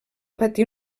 patir